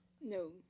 No